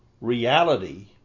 reality